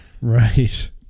Right